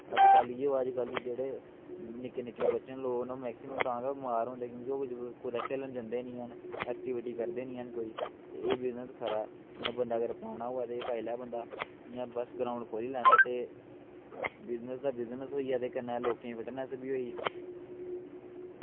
अज कल दी जेह्ड़े निक्के निक्के बच्चे न लोग मैक्सिमम तां गै बमार होंदे क्योंकि खेलन जंदे गै नी हैन ऐक्टिविटी करदै गै नी हैन कोई ते एह् बिजनस खरा ऐ इयां अगर बंदा पाना होऐ ते पाई लै बंदा इयां बस ग्राउंड़ खोली लैना ते बिजनस दा बिजनस होईया कन्नै लोकें दी फिटनैस बी होई